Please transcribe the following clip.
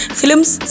films